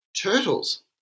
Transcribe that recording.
turtles